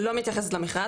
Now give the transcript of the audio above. היא לא מתייחסת למכרז,